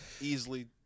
easily